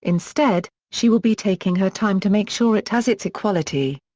instead, she will be taking her time to make sure it has its equality.